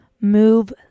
Move